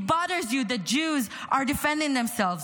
It bothers you that Jews are defending themselves.